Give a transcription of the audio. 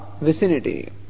vicinity